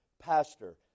pastor